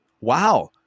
wow